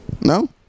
No